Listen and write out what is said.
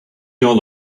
all